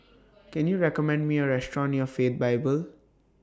Can YOU recommend Me A Restaurant near Faith Bible